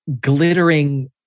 glittering